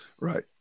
Right